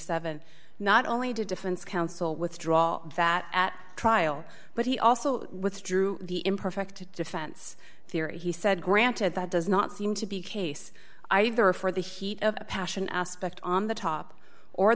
dollars not only did defense counsel withdraw that at trial but he also withdrew the imperfecta defense theory he said granted that does not seem to be case either for the heat of passion aspect on the top or